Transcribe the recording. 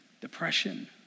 depression